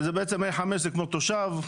א5 זה כמו תושב,